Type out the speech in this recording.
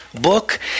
book